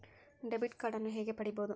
Debit ಕಾರ್ಡನ್ನು ಹೇಗೆ ಪಡಿಬೋದು?